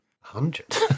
hundred